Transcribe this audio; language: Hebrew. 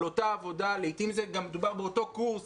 זאת אותה עבודה ולעיתים מדובר באותו קורס